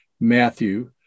Matthew